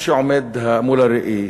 מה שעומד מול הראי